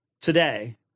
today